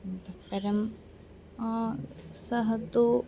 इतःपरं सः तु